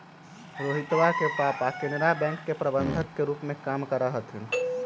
रोहितवा के पापा केनरा बैंक के प्रबंधक के रूप में काम करा हथिन